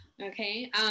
okay